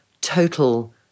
total